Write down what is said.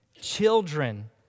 Children